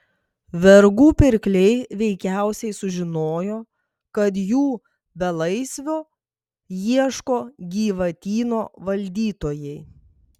vergų pirkliai veikiausiai sužinojo kad jų belaisvio ieško gyvatyno valdytojai